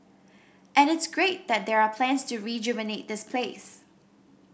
and it's great that there are plans to rejuvenate this place